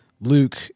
Luke